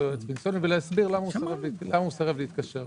יועץ פנסיוני ולהסביר למה הוא סירב להתקשר.